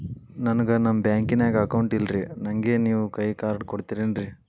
ನನ್ಗ ನಮ್ ಬ್ಯಾಂಕಿನ್ಯಾಗ ಅಕೌಂಟ್ ಇಲ್ರಿ, ನನ್ಗೆ ನೇವ್ ಕೈಯ ಕಾರ್ಡ್ ಕೊಡ್ತಿರೇನ್ರಿ?